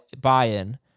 buy-in